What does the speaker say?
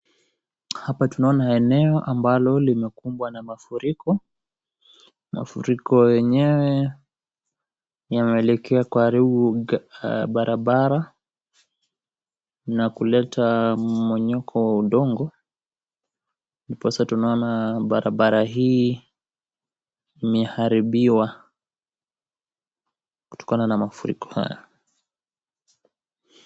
Hapa tunaona eneo ambalo limekubwa na mafuriko, mafuriko yenyewe yameelekea karibu na barabara, na kuleta mmonyoko wa udongo, ndiposa tunaona barabara hii imeharibiwa kutokana na mafuriko haya.